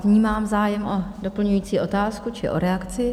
Vnímám zájem o doplňující otázku či o reakci.